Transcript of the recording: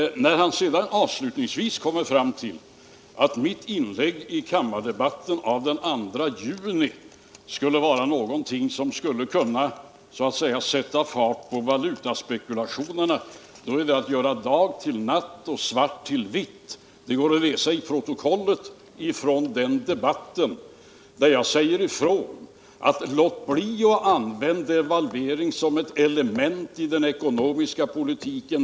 När han sedan avslutningsvis kommer fram till att mitt inlägg i kammardebatten den 2 juni var någonting som så att säga skulle ha satt fart på valutaspekulationerna är det att göra dag till natt och svart till vitt. Det går att läsa i protokollet från den debatten att jag sade ifrån: Låt bli att använda devalveringen som ett element i den ekonomiska politiken!